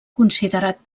considerat